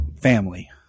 family